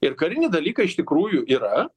ir kariniai dalykai iš tikrųjų yra